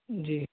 جی